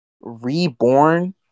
reborn